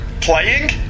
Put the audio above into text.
Playing